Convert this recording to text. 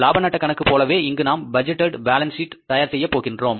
லாப நட்டக் கணக்கு போலவே இங்கு நாம் பட்ஜெட்டேட் பாலன்ஸ் சீட் தயார் செய்யப் போகின்றோம்